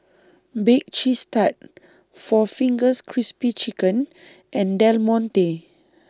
Bake Cheese Tart four Fingers Crispy Chicken and Del Monte